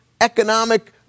economic